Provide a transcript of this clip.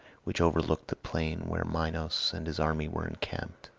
which overlooked the plain where minos and his army were encamped.